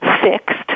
fixed